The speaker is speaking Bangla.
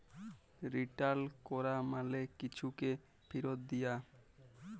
রিটার্ল ক্যরা মালে কিছুকে ফিরত দিয়া